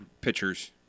pitchers